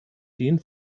den